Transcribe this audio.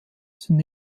sind